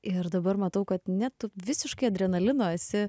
ir dabar matau kad ne tu visiškai adrenalino esi